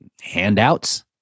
handouts